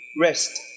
Rest